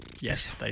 Yes